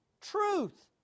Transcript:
truth